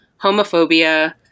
homophobia